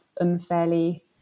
unfairly